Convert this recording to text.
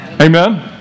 Amen